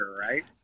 right